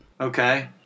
okay